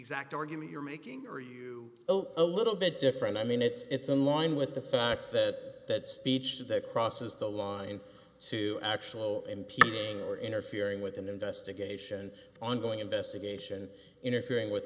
exact argument you're making or are you a little bit different i mean it's in line with the fact that speech that crosses the line to actual impeding or interfering with an investigation ongoing investigation interfering with